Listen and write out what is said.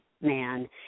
man